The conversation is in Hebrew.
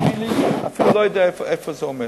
אני אפילו לא יודע איפה זה עומד.